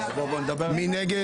5. מי נגד?